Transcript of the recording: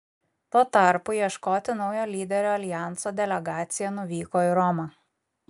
tuo tarpu ieškoti naujo lyderio aljanso delegacija nuvyko į romą